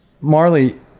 Marley